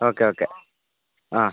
okay okay ആ